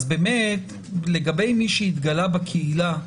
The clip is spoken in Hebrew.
לגבי מי שהתגלה בקהילה,